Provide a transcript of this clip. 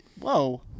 Whoa